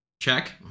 Check